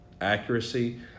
accuracy